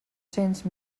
cents